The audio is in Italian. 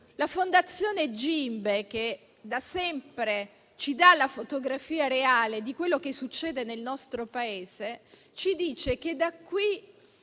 La Fondazione GIMBE, che da sempre ci dà la fotografia reale di quello che succede nel nostro Paese, ci dice che da qui